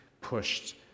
pushed